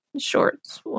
shorts